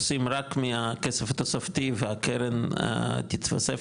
עושים רק מהכסף התוספתי והקרן תתווסף